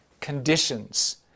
conditions